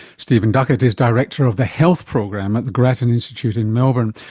stephen duckett is director of the health program at the grattan institute in melbourne.